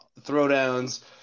throwdowns